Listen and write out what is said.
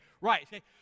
right